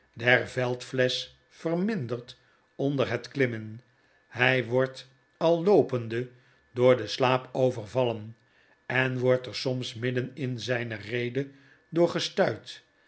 der veldflesch verminderd onder het klimmen hij wordt al loopende door den slaap overvallen en wordt er soms midden in zjjne rede door gestuit